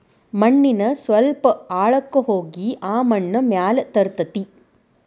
ಮಣ್ಣಿನ ಸ್ವಲ್ಪ ಆಳಕ್ಕ ಹೋಗಿ ಆ ಮಣ್ಣ ಮ್ಯಾಲ ತರತತಿ